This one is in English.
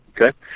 Okay